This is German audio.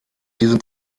diesem